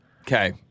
Okay